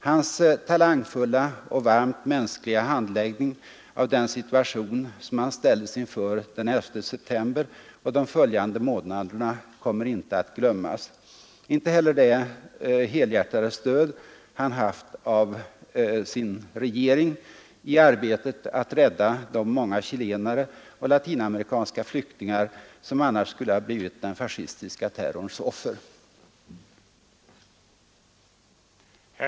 Hans talangfulla och varmt mänskliga handläggning av den situation han ställdes inför den 11 september och de följande månaderna kommer inte att glömmas, inte heller det helhjärtade stöd han haft av sin regering i arbetet att rädda de Nr 153 många chilenare och latinamerikanska flyktingar som annars skulle ha Tisdagen den blivit den fascistiska terrorns offer. 11 december 1973